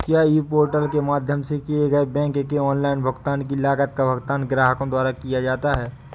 क्या e portal के माध्यम से किए गए बैंक के ऑनलाइन भुगतान की लागत का भुगतान ग्राहकों द्वारा किया जाता है?